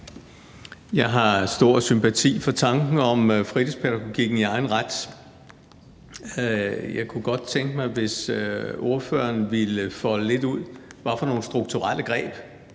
Jeg har stor sympati for tanken om fritidspædagogikken i egen ret. Jeg kunne godt tænke mig, hvis ordføreren ville folde lidt ud, hvad for nogle strukturelle greb